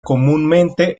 comúnmente